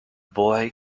boy